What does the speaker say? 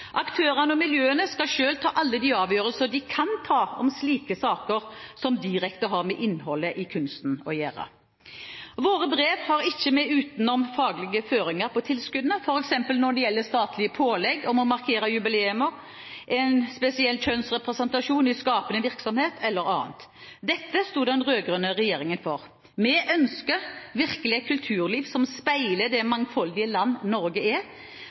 Aktørene og miljøene skal selv ta alle de avgjørelser de kan ta om slike saker som direkte har med innholdet i kunsten å gjøre. Våre brev har ikke med utenomfaglige føringer på tilskuddene, f.eks. når det gjelder statlige pålegg om å markere jubileer, en spesiell kjønnsrepresentasjon i skapende virksomhet eller annet. Dette stod den rød-grønne regjeringen for. Vi ønsker virkelig et kulturliv som speiler det mangfoldige landet som Norge er,